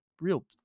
real